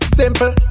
simple